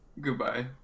Goodbye